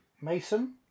Mason